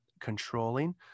controlling